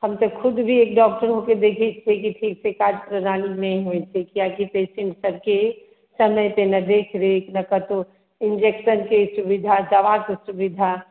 हम तऽ खुद भी एक डॉक्टर हो कऽ देखैत छियै कि ठीकसँ कार्य प्रणाली नहि होइत छै कियाकि पेशेंट सभके समयपर ने देखरेख ने कतहु इंजेक्शनके सुविधा दवाके सुविधा